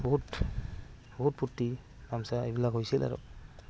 বহুত বহুত ফুৰ্ত্তি তামচা এইবিলাক হৈছিল আৰু